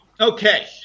Okay